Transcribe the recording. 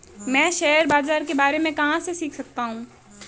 मैं शेयर बाज़ार के बारे में कहाँ से सीख सकता हूँ?